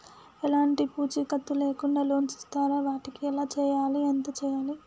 ఎలాంటి పూచీకత్తు లేకుండా లోన్స్ ఇస్తారా వాటికి ఎలా చేయాలి ఎంత చేయాలి?